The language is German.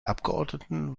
abgeordneten